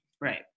Right